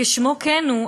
כשמו כן הוא,